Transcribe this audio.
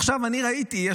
עכשיו אני ראיתי,